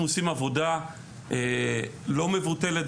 אנחנו עושים עבודה לא מבוטלת,